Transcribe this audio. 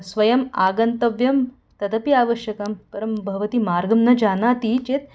स्वयम् आगन्तव्यं तदपि आवश्यकं परं भवती मार्गं न जानाति चेत्